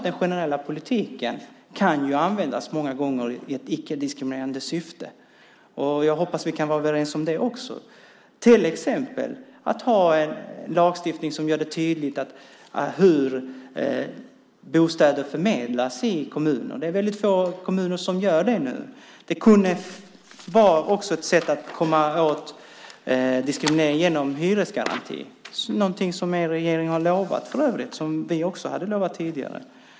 Den generella politiken kan många gånger användas i ett icke-diskriminerande syfte. Jag hoppas att vi kan vara överens om det också. Man kan till exempel ha en lagstiftning som gör det tydligt hur bostäder förmedlas i kommunerna. Det är väldigt få kommuner som har det så nu. Ett annat sätt att komma åt diskrimineringen skulle kunna vara en hyresgaranti, någonting som för övrigt er regering har lovat och som vi också hade lovat tidigare.